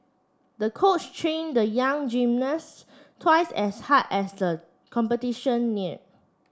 the coach trained the young gymnast twice as hard as the competition neared